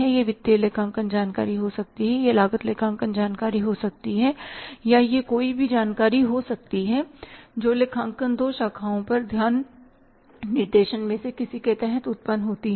यह वित्तीय लेखांकन जानकारी हो सकती है यह लागत लेखांकन जानकारी हो सकती है या यह कोई भी जानकारी हो सकती है जो लेखांकन दो शाखाओं और ध्यान निर्देशन में से किसी के तहत उत्पन्न होती है